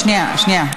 בבקשה?